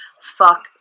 fuck